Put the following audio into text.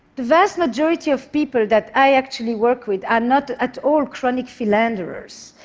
the vast majority of people that i actually work with are not at all chronic philanderers.